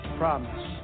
promise